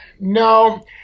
No